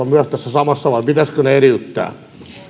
myös tässä samassa vai pitäisikö ne eriyttää